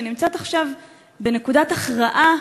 שנמצאת עכשיו בנקודת הכרעה